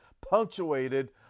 punctuated